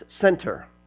center